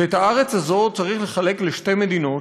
ואת הארץ הזאת צריך לחלק לשתי מדינות,